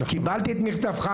'קיבלתי את מכתבך,